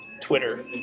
Twitter